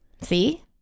See